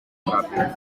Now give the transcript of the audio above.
ràpid